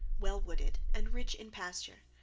well wooded, and rich in pasture.